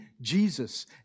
Jesus